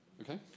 Okay